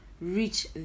reach